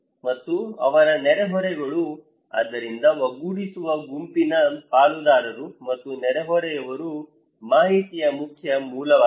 ಮತ್ತು ಅವರ ನೆರೆಹೊರೆಗಳು ಆದ್ದರಿಂದ ಒಗ್ಗೂಡಿಸುವ ಗುಂಪಿನ ಪಾಲುದಾರರು ಮತ್ತು ನೆರೆಹೊರೆಯವರು ಮಾಹಿತಿಯ ಮುಖ್ಯ ಮೂಲವಾಗಿದೆ